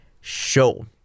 show